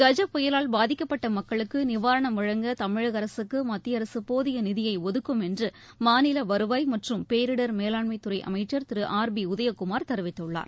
கஜ புயலால் பாதிக்கப்பட்ட மக்களுக்கு நிவாரணம் வழங்க தமிழக அரசுக்கு மத்திய அரசு போதிய நிதியை ஒதுக்கும் என்று மாநில வருவாய் மற்றும் பேரிடர் மேலாண்மைத்துறை அமைச்சர் திரு ஆர் பி உதயகுமார் தெரிவித்துள்ளார்